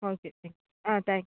okay thanks ah thank